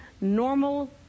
normal